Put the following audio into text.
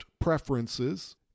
preferences